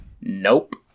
Nope